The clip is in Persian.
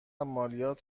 مالیات